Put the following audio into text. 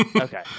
okay